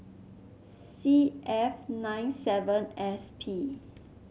C F nine Z S P